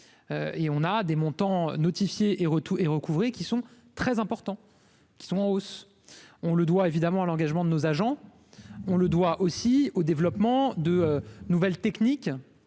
et on a des montants notifié et tout et recouvrer qui sont très importants qui sont en hausse, on le doit évidemment à l'engagement de nos agents, on le doit aussi au développement de nouvelles techniques